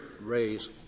raise